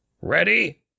Ready